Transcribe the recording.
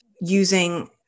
using